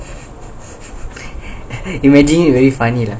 imagine you very funny lah